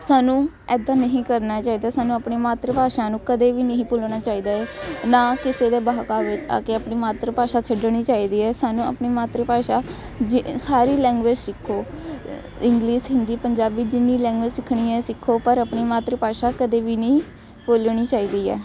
ਸਾਨੂੰ ਇੱਦਾਂ ਨਹੀਂ ਕਰਨਾ ਚਾਹੀਦਾ ਸਾਨੂੰ ਆਪਣੀ ਮਾਤਰ ਭਾਸ਼ਾ ਨੂੰ ਕਦੇ ਵੀ ਨਹੀਂ ਭੁੱਲਣਾ ਚਾਹੀਦਾ ਹੈ ਨਾ ਕਿਸੇ ਦੇ ਬਹਿਕਾਵੇ 'ਚ ਆ ਕੇ ਆਪਣੀ ਮਾਤਰ ਭਾਸ਼ਾ ਛੱਡਣੀ ਚਾਹੀਦੀ ਹੈ ਸਾਨੂੰ ਆਪਣੀ ਮਾਤਰ ਭਾਸ਼ਾ ਜ ਸਾਰੀ ਲੈਂਗੁਏਜ ਸਿੱਖੋ ਇੰਗਲਿਸ਼ ਹਿੰਦੀ ਪੰਜਾਬੀ ਜਿੰਨੀ ਲੈਂਗੁਏਜ ਸਿੱਖਣੀ ਹੈ ਸਿੱਖੋ ਪਰ ਆਪਣੀ ਮਾਤਰ ਭਾਸ਼ਾ ਕਦੇ ਵੀ ਨਹੀਂ ਭੁੱਲਣੀ ਚਾਹੀਦੀ ਹੈ